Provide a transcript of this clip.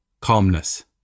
calmness